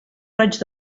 raig